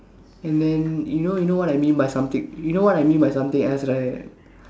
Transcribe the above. and then you know you know what I mean by something you know what I mean by something else right